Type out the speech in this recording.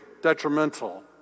detrimental